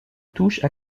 touchent